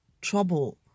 trouble